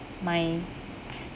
my